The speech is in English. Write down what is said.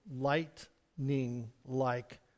lightning-like